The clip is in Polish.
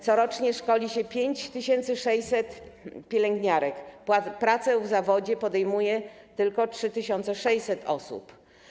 Corocznie szkoli się 5600 pielęgniarek, pracę w zawodzie podejmuje tylko 3600 osób.